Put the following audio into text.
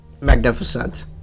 magnificent